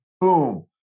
Boom